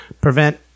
prevent